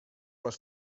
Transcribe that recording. les